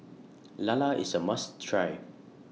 Lala IS A must Try